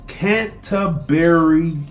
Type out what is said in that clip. Canterbury